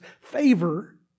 favor